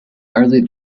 early